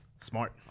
Smart